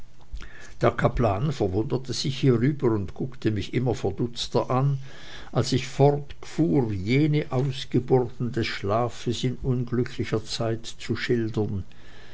der kaplan wunderte sich hierüber und guckte mich immer verdutzter an als ich fortfuhr jene ausgeburten des schlafes in unglücklicher zeit zu schildern